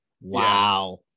wow